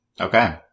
okay